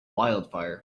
wildfire